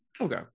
Okay